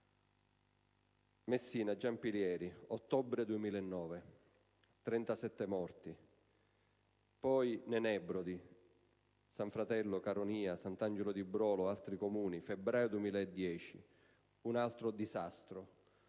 Messina, Giampilieri, ottobre 2009: 37 morti. Poi le Nebrodi, San Fratello, Caronia, Sant'Angelo di Brolo e altri Comuni, febbraio 2010: un altro disastro.